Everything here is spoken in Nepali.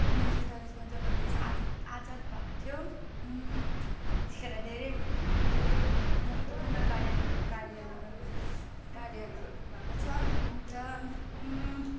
उन्नाइस सौ सैँतालिसमा जब देश आजाद आजाद भएको थियो त्यत्तिखेर धेरै धेरै महत्त्वपूर्ण कार्यहरू कार्यहरू कार्यहरू भएको छ अन्त